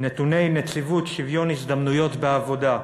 נתוני נציבות שוויון ההזדמנויות בעבודה.